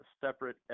separate